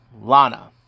Lana